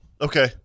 Okay